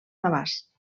navàs